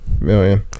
million